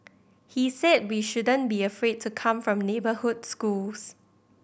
he said we shouldn't be afraid to come from neighbourhood schools